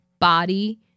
body